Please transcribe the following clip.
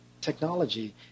technology